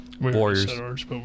Warriors